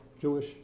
Jewish